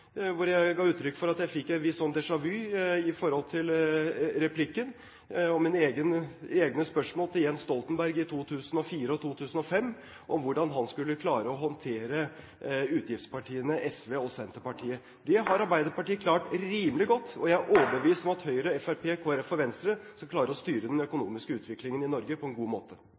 hvor jeg ga uttrykk for at jeg fikk en viss déjà vu i forhold til replikken og mine egne spørsmål til Jens Stoltenberg i 2004 og 2005 om hvordan han skulle klare å håndtere utgiftspartiene SV og Senterpartiet. Det har Arbeiderpartiet klart rimelig godt, og jeg er overbevist om at Høyre, Fremskrittspartiet, Kristelig Folkeparti og Venstre skal klare å styre den økonomiske utviklingen i Norge på en god måte.